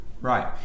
Right